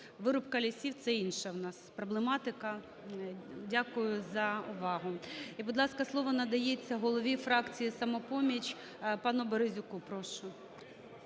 Вирубка лісів – це інша у нас проблематика. Дякую за увагу. І, будь ласка, слово надається голові фракції "Самопоміч" пану Березюку, прошу.